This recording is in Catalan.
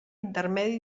intermedi